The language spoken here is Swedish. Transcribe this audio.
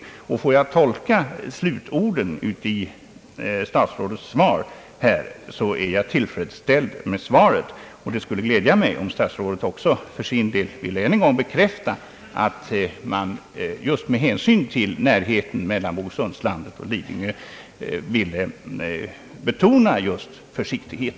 Om jag får tolka slutorden i statsrådets svar på detta sätt, är jag tillfredsställd med svaret. Det skulle dock glädja mig om statsrådet än en gång ville bekräfta att man just med hänsyn till närheten mellan Bogesundslandet och Lidingö skall iaktta extra försiktighet.